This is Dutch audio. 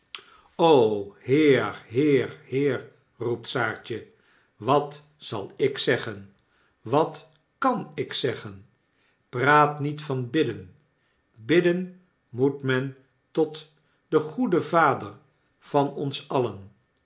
heer heer heer i roept saartje wat zal ik zeggen wat kan ik zeggen praat niet van bidden bidden moet men tot den goeden vader van ons alien